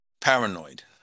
Paranoid